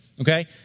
Okay